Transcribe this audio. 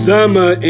Summer